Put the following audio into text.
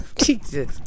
Jesus